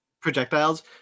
projectiles